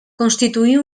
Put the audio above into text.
constituir